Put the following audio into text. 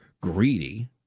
greedy